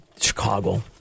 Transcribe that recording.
Chicago